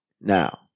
Now